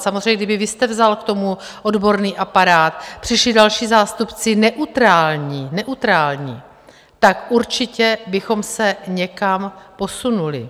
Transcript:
Samozřejmě kdybyste vzal k tomu odborný aparát, přišli další zástupci neutrální, neutrální, tak určitě bychom se někam posunuli.